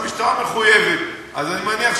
אתה מוזמן לערערה-בנגב.